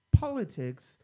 politics